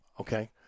Okay